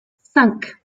cinq